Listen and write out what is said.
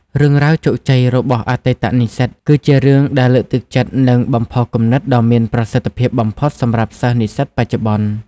រឿងរ៉ាវជោគជ័យរបស់អតីតនិស្សិត គឺជារឿងដែលលើកទឹកចិត្ត និងបំផុសគំនិតដ៏មានប្រសិទ្ធភាពបំផុតសម្រាប់សិស្ស និស្សិតបច្ចុប្បន្ន។